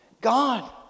God